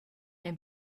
can